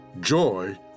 joy